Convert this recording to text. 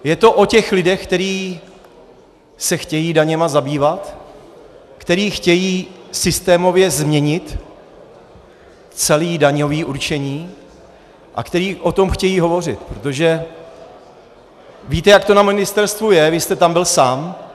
Je to o lidech, kteří se chtějí daněmi zabývat, kteří chtějí systémově změnit celé daňové určení a kteří o tom chtějí hovořit, protože víte, jak to na ministerstvu je, byl jste tam sám.